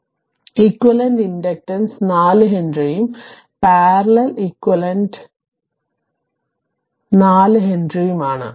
അതിനാൽ equivalent inductance 4 ഹെൻറിയും parallel equivalent 4 ഹെൻറിയും ആണ്